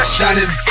Shining